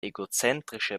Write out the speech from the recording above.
egozentrische